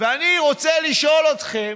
ואני רוצה לשאול אתכם: